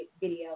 video